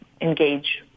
engage